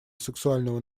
сексуального